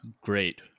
great